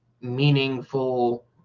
meaningful